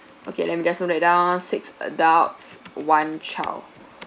okay let me just note that down six adults one child